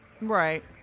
Right